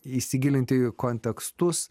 įsigilinti į kontekstus